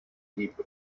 libre